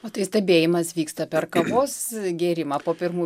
o tai stebėjimas vyksta per kavos gėrimą po pirmų